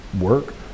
work